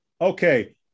okay